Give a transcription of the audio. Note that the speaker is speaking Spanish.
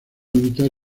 militar